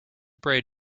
braid